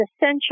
essential